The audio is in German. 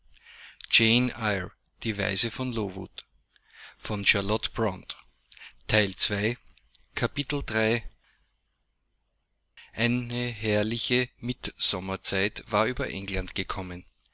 eine herrliche mittsommerzeit war über england gekommen